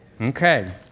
Okay